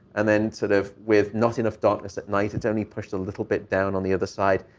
and then sort of with not enough darkness at night, it's only pushed a little bit down on the other side.